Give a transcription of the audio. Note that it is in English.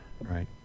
Right